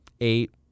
eight